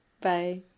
Bye